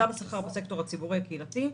השכר בסקטור הציבורי הקהילתי.